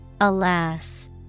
Alas